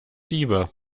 diebe